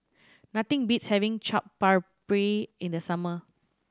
nothing beats having Chaat Papri in the summer